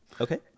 Okay